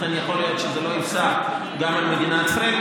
לכן יכול להיות שזה לא יפסח גם על מדינת ישראל,